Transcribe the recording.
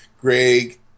Greg